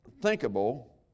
thinkable